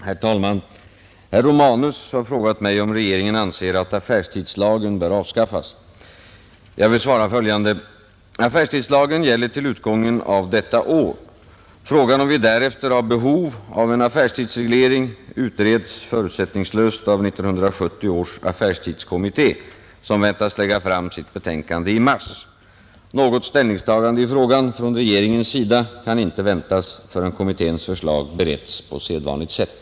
Herr talman! Herr Romanus har frågat mig om regeringen anser att affärstidslagen bör avskaffas. Jag vill svara följande. Affärstidslagen gäller till utgången av detta år. Frågan om vi därefter har behov av en affärstidsreglering utreds förutsättningslöst av 1970 års affärstidskommitté, som väntas lägga fram sitt betänkande i mars. Något ställningstagande i frågan från regeringens sida kan inte väntas förrän kommitténs förslag beretts på sedvanligt sätt.